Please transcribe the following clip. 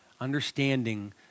understanding